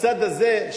בצד הזה,